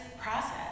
process